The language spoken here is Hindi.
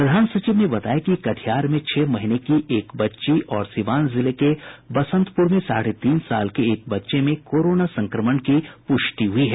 प्रधान सचिव ने बताया कि कटिहार में छह महीने की एक बच्ची और सिवान जिले के बसंतपुर में साढ़े तीन साल के एक बच्चे में कोरोना संक्रमण की पुष्टि हुई है